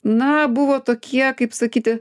na buvo tokie kaip sakyti